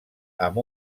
amb